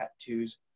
tattoos